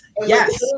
Yes